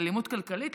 באלימות כלכלית,